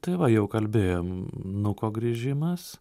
tai va jau kalbėjom nuko grįžimas